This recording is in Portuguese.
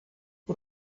por